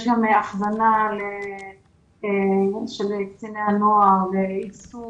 יש גם הכוונה לייעוץ של קציני הנוער ואיתור